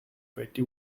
petty